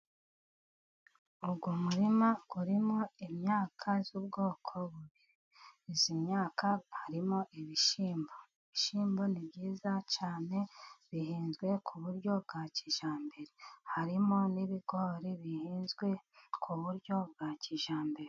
Uyu murima urimo imyaka y'ubwoko bubiri, iyi myaka harimo ibishyimbo, ibishyimbo ni byiza cyane, bihinzwe ku buryo bwa kijyambere, harimo n'ibigori, bihinzwe ku buryo bwa kijyambere.